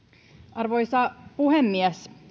arvoisa puhemies